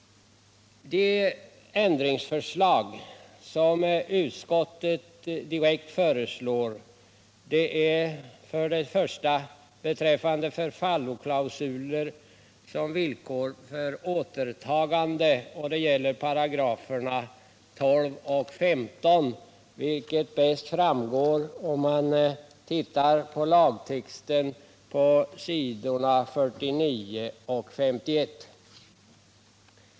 De ändringar som utskottet direkt föreslår gäller först förfalloklausuler som villkor för återtagande — det gäller paragraferna 12 och 15, vilket bäst framgår om man tittar på lagtexten på s. 49 och S1.